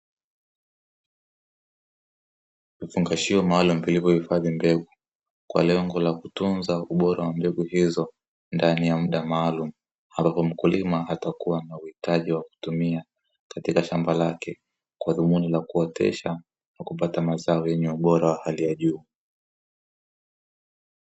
Vifungashio maalumu vilivyohifadhi mbegu kwa lengo la kutunza ubora wa mbegu hizo ndani ya muda maalumu, ambapo mkulima atakuwa ana uhitaji wa kutumia katika shamba lake kwa dhumuni la kuotesha na kupata mazao yenye ubora wa hali ya juu.